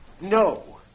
No